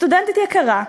סטודנטית יקרה,